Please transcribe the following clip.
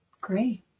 Great